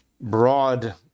broad